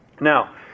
Now